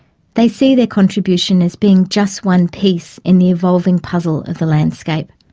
they see their contribution as being just one piece in the evolving puzzle of the landscape.